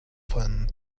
fun